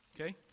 okay